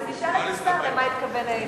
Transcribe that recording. אז תשאל את השר למה הוא התכוון.